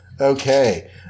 Okay